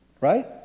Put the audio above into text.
Right